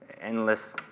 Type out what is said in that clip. endless